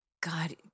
God